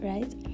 Right